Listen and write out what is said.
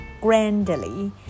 grandly